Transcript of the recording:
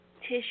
tissue